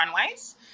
runways